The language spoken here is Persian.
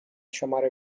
شماره